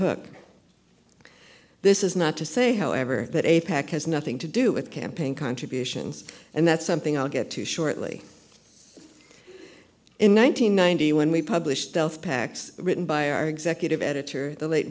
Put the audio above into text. hook this is not to say however that a pac has nothing to do with campaign contributions and that's something i'll get to shortly in one nine hundred ninety when we published health packs written by our executive editor the late